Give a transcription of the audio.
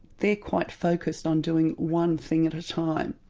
they're quite focused on doing one thing at a time.